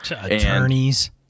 Attorneys